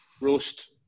roast